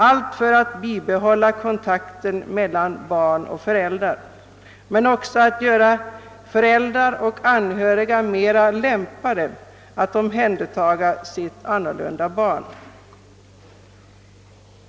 — allt för att bibehålla kontakten mellan barn och föräldrar men också för att göra föräldrar och anhöriga mera lämpade att omhänderta sitt annorlunda barn.